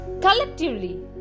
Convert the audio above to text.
collectively